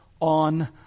on